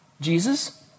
Jesus